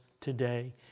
today